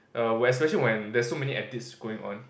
err especially when there's so many edits going on